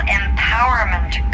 empowerment